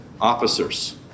officers